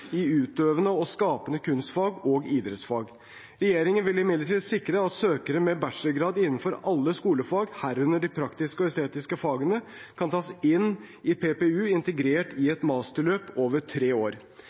i utøvende og skapende kunstfag og i idrettsfag. Regjeringen vil imidlertid sikre at søkere med bachelorgrad innenfor alle skolefag, herunder de praktiske og estetiske fagene, kan tas inn i PPU, integrert i et masterløp over tre år.